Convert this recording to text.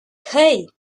hey